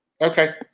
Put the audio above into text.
okay